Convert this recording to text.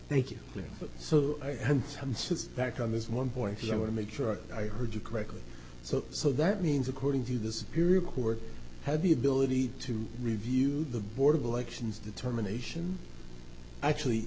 thank you so i had some sense back on this one boy if you want to make sure i heard you correctly so so that means according to the superior court had the ability to review the board of elections determination actually